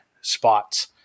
spots